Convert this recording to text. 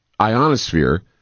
ionosphere